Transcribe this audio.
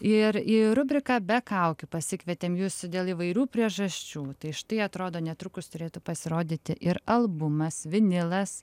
ir į rubriką be kaukių pasikvietėme jus dėl įvairių priežasčių tai štai atrodo netrukus turėtų pasirodyti ir albumas vinilas